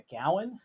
McGowan